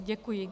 Děkuji.